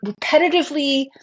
repetitively